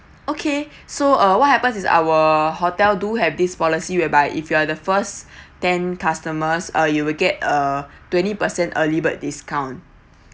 okay so uh what happens is our hotel do have this policy whereby if you are the first ten customers uh you will get a twenty percent early bird discount